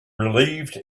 relieved